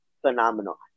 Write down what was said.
phenomenal